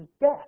death